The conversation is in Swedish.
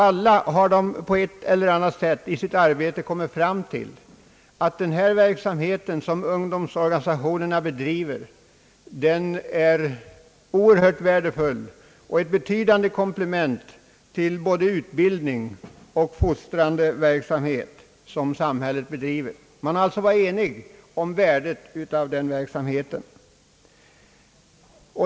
Alla har de på ett eller annat sätt kommit fram till att den verksamhet som ungdoms 2rganisationerna bedriver är oerhört värdefull och innebär ett viktigt komplement till den utbildande och fostrande verksamhet som samhället bedriver. Man har alltså varit enig om värdet av denna verksamhet.